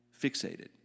fixated